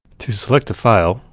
to select a file,